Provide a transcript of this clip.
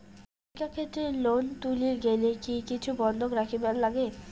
শিক্ষাক্ষেত্রে লোন তুলির গেলে কি কিছু বন্ধক রাখিবার লাগে?